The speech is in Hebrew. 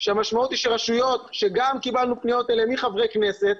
שהמשמעות היא שרשויות שגם קיבלנו פניות לגביהן מחברי כנסת,